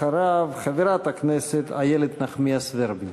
אחריו, חברת הכנסת איילת נחמיאס ורבין.